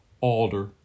alder